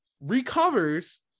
Recovers